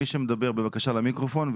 מי שמדבר בבקשה למיקרופון.